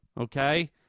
okay